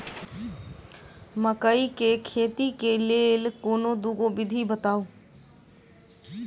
मकई केँ खेती केँ लेल कोनो दुगो विधि बताऊ?